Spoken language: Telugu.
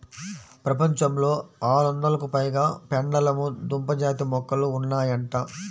ప్రపంచంలో ఆరొందలకు పైగా పెండలము దుంప జాతి మొక్కలు ఉన్నాయంట